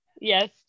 Yes